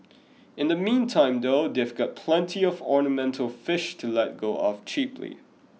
in the meantime though they've got plenty of ornamental fish to let go of cheaply